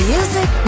Music